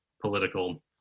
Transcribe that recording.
political